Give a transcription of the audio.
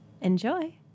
Enjoy